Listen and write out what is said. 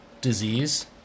disease